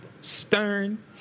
Stern